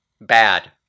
bad